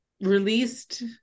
released